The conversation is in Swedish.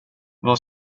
vad